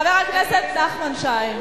חבר הכנסת נחמן שי.